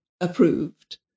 approved